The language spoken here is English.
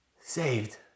saved